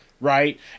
right